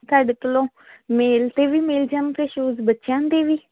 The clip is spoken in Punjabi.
ਤੁਹਾਡੇ ਕੋਲੋਂ ਮੇਲ ਦੇ ਵੀ ਮਿਲ ਜਾਂਦੇ ਸ਼ੂਜ ਬੱਚਿਆਂ ਦੇ ਵੀ